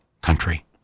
country